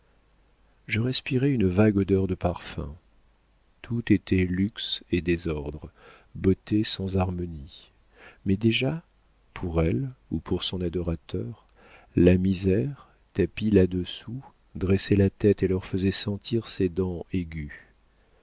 je respirais une vague odeur de parfums tout était luxe et désordre beauté sans harmonie mais déjà pour elle ou pour son adorateur la misère tapie là-dessous dressait la tête et leur faisait sentir ses dents aiguës